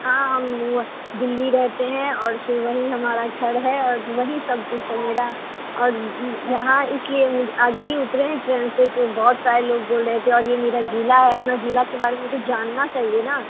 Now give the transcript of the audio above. हाँ हम वो दिल्ली रहते हैं और फिर वहीं हमारा घर है और वहीं सब कुछ है मेरा और यहाँ इसलिए अभी उतरे हैं ट्रेन से तो बहुत सारे लोग बोल रहे थे और ये मेरा ज़िला है अपना ज़िला के बारे में तो जानना चाहिए न